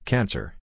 Cancer